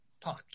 podcast